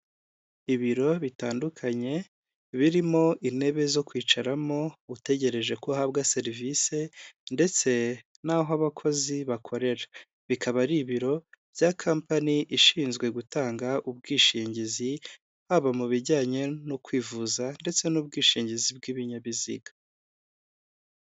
Ibiro bitandukanye, birimo intebe zo kwicaramo utegereje ko uhabwa serivise ndetse n'aho abakozi bakorera, bikaba ari ibiro bya kampani ishinzwe gutanga ubwishingizi, haba mu bijyanye no kwivuza ndetse n'ubwishingizi bw'ibinyabiziga.